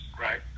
right